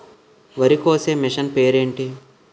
వరి కోసే మిషన్ పేరు ఏంటి